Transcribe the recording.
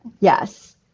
yes